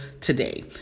today